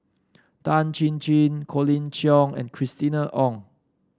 Tan Chin Chin Colin Cheong and Christina Ong